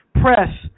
Press